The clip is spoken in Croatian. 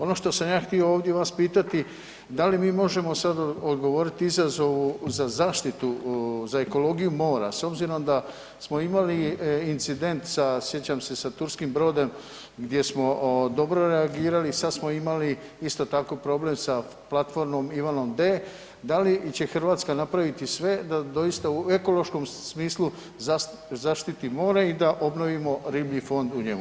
Ono što sam ja htio ovdje vas pitati da li mi možemo sad odgovoriti izazovu za zaštitu za ekologiju mora s obzirom da smo imali incident sa, sjećam se sa turskim brodom gdje smo dobro reagirali, sad smo imali isto tako problem sa platformom Ivanom D, da li će Hrvatska napraviti sve da doista u ekološkom smislu zaštiti more i da obnovimo riblji fond u njemu?